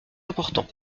important